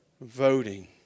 voting